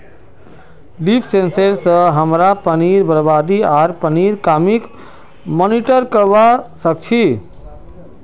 leaf sensor स हमरा पानीर बरबादी आर पानीर कमीक मॉनिटर करवा सक छी